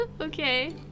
Okay